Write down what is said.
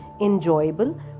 enjoyable